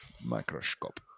Microscope